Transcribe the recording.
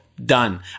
Done